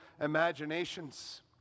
imaginations